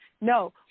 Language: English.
no